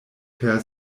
per